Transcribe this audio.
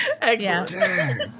Excellent